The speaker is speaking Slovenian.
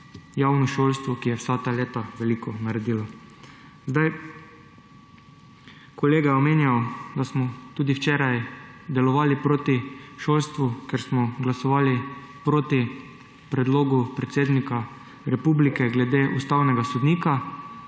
javno šolstvo, ki je vsa ta leta veliko naredilo. Kolega je omenjal, da smo včeraj delovali proti šolstvu, ker smo glasovali proti predlogu predsednika republike glede ustavnega sodnika.